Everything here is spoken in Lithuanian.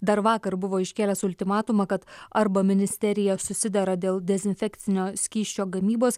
dar vakar buvo iškėlęs ultimatumą kad arba ministerija susidera dėl dezinfekcinio skysčio gamybos